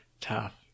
Tough